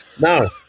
No